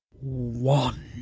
One